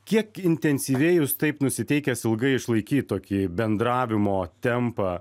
kiek intensyviai jūs taip nusiteikęs ilgai išlaikyt tokį bendravimo tempą